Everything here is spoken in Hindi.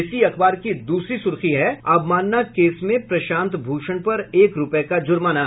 इसी अखबार की दूसरी सुर्खी है अवमानना केस में प्रशांत भूषण पर एक रूपये का जुर्माना